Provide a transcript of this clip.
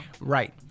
right